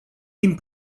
din